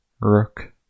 Rook